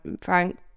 Frank